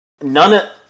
None